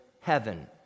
heaven